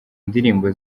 indirimbo